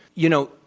you know,